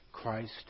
Christ